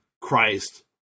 Christ